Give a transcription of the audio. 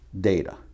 data